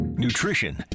Nutrition